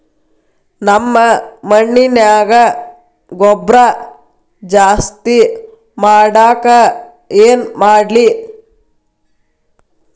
ನಮ್ಮ ಮಣ್ಣಿನ್ಯಾಗ ಗೊಬ್ರಾ ಜಾಸ್ತಿ ಮಾಡಾಕ ಏನ್ ಮಾಡ್ಲಿ?